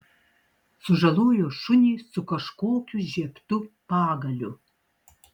sužalojo šunį su kažkokiu žiebtu pagaliu